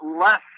less